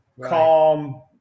calm